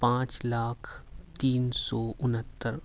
پانچ لاکھ تین سو انہتر